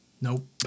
Nope